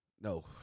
No